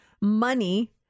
money